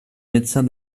médecin